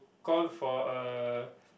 call for a